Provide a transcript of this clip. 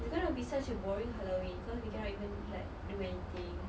it's gonna be such a boring halloween cause we cannot even like do anything